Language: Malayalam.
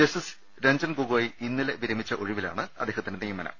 ജസ്റ്റിസ് രഞ്ജൻ ഗൊഗോയ് ഇന്നലെ വിരമിച്ച ഒഴിവിലാണ് അദ്ദേഹത്തിന്റെ നിയമനം